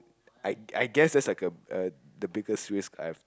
I I guess that's like a a the biggest risk I've